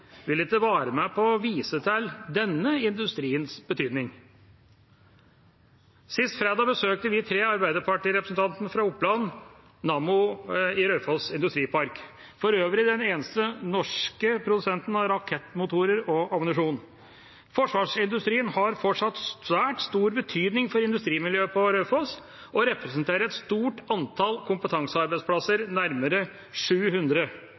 vil ikke være med på å vise til denne industriens betydning. Sist fredag besøkte vi, de tre arbeiderpartirepresentantene fra Oppland, Nammo i Raufoss Industripark, for øvrig den eneste norske produsenten av rakettmotorer og ammunisjon. Forsvarsindustrien har fortsatt svært stor betydning for industrimiljøet på Raufoss og representerer et stort antall kompetansearbeidsplasser, nærmere 700.